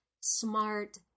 smart